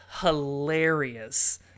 hilarious